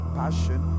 passion